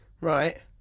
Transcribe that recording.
Right